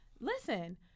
listen